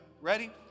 Ready